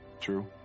true